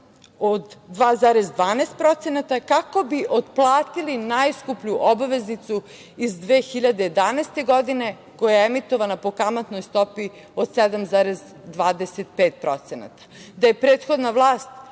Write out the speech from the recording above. od 2,12%, kako bi otplatili najskuplju obveznicu iz 2011. godine, koja je emitovana po kamatnoj stopi od 7,25%. Da je prethodna vlast